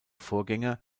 vorgänger